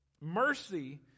mercy